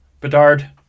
Bedard